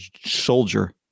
soldier